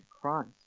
Christ